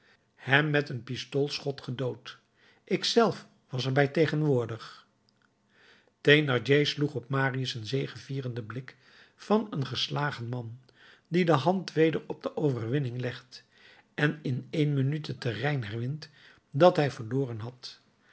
hem met een pistoolschot gedood ik zelf was er bij tegenwoordig thénardier sloeg op marius een zegevierenden blik van een geslagen man die de hand weder op de overwinning legt en in één minuut het terrein herwint dat hij verloren had